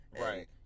Right